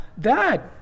Dad